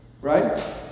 right